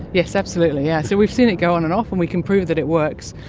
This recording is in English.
yes, absolutely. yeah so we've seen it go on and off and we can prove that it works,